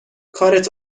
کارت